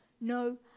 no